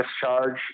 discharge